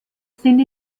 sind